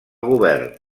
govern